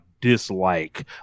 dislike